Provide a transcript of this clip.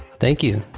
thank you.